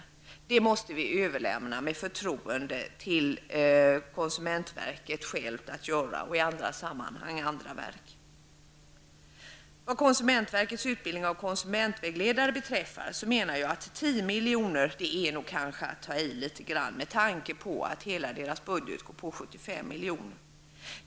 Sådant måste vi med förtroende överlämna till konsumentverket självt. I andra sammanhang kommer andra verk i fråga. Vad konsumentverkets utbildning av konsumentvägledare beträffar menar jag att tio miljoner nog är att ta i litet grand med tanke på att hela budgeten uppgår till 75 milj.kr.